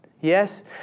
Yes